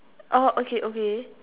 okay okay